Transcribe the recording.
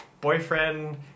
boyfriend